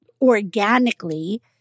organically